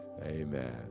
amen